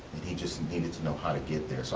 he just needed to know how to get there.